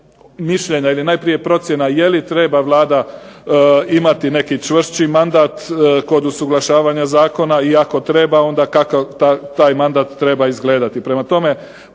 mišljenja ili najprije procjena je li treba Vlada imati neki čvršći mandat kod usuglašavanja zakona i ako treba onda kako taj mandat treba izgledati.